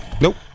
Nope